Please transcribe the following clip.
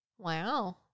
wow